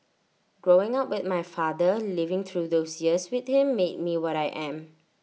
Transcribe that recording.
growing up with my father living through those years with him made me what I am